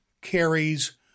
Carries